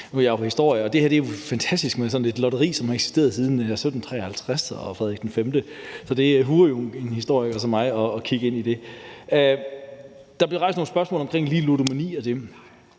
Nu er jeg historiker, og det er jo fantastisk med sådan et lotteri, som har eksisteret siden 1753 og Frederik V. Så det huer jo en historiker som mig at kigge ind i det. Der blev lige rejst nogle spørgsmål omkring ludomani, og jeg